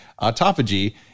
Autophagy